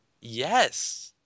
Yes